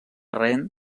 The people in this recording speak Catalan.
rennes